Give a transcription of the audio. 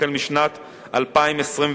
החל משנת 2021,